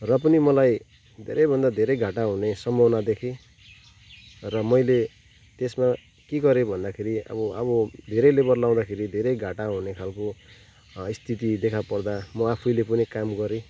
र पनि मलाई धेरैभन्दा धेरै घाटा हुने सम्भावना देखेँ र मैले त्यसमा के गरेँ भन्दाखेरि अब अब धेरै लेबर लाउँदाखेरि धेरै घाटा हुने खालको स्थिति देखा पर्दा म आफैले पनि काम गरेँ